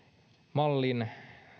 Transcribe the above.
mallin